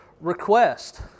request